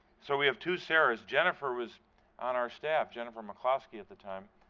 so we have two sara's, jennifer was on our staff, jennifer mccloskey, at the time.